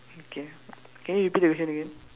K can you repeat the question again